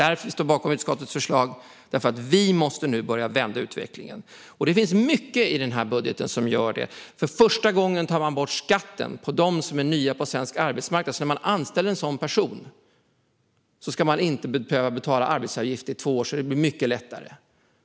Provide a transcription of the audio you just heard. Vi står bakom utskottets förslag eftersom vi måste börja vända utvecklingen, och det finns mycket i den här budgeten som gör det. För första gången tas skatten bort på dem som är nya på svensk arbetsmarknad. När man anställer en sådan person ska man under två år inte behöva betala arbetsgivaravgifter. Därför blir det mycket lättare.